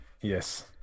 Yes